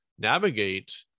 navigate